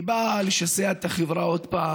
היא באה לשסע את החברה עוד פעם.